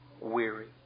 weary